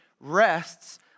rests